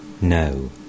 no